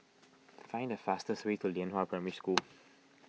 find the fastest way to Lianhua Primary School